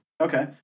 okay